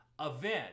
event